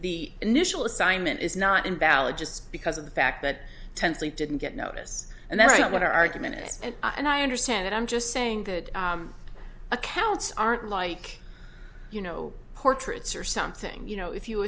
the initial assignment is not invalid just because of the fact that tensely didn't get notice and that's not what our argument is and i and i understand it i'm just saying that accounts aren't like you know portraits or something you know if you